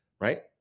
right